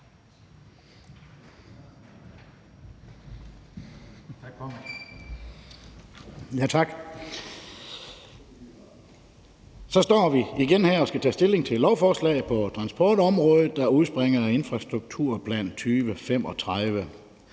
Så står vi igen her og skal tage stilling til et lovforslag på transportområdet, der udspringer af »Infrastrukturplan 2035«.